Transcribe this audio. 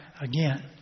again